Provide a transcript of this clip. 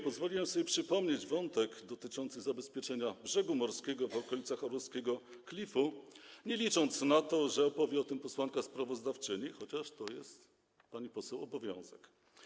Pozwoliłem sobie przypomnieć wątek dotyczący zabezpieczenia brzegu morskiego w okolicach Klifu Orłowskiego, nie licząc na to, że opowie o tym posłanka sprawozdawczyni, chociaż jest to pani poseł obowiązek.